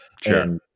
Sure